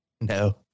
No